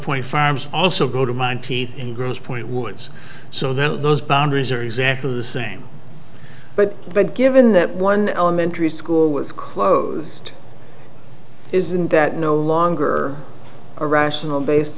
point farms also go to mine teeth in gross point woods so those boundaries are exactly the same but but given that one elementary school was closed isn't that no longer a rational bas